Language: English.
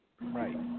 right